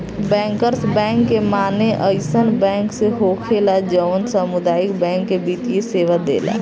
bankers bank के माने अइसन बैंक से होखेला जवन सामुदायिक बैंक के वित्तीय सेवा देला